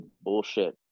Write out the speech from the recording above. bullshit